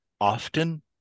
Often